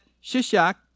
Shishak